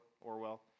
Orwell